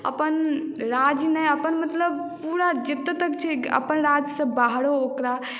अपन राज्य नहि अपन मतलब पूरा जतऽ तक छै अपन राज्यसँ बाहरो ओकरा